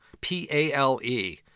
P-A-L-E